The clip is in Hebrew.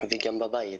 וגם בבית.